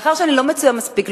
מאחר שאני לא מצויה מספיק,